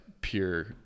pure